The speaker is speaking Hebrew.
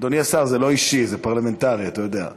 אדוני השר, זה לא אישי, זה פרלמנטרי, אתה יודע.